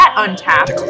Untapped